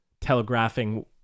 telegraphing